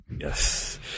Yes